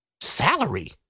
Salary